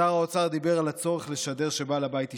שר האוצר דיבר על הצורך לשדר שבעל הבית השתגע,